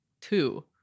two